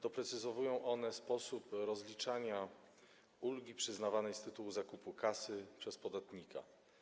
Doprecyzowują one sposób rozliczania ulgi przyznawanej z tytułu zakupu kasy przez podatnika.